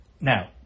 now